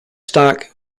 stack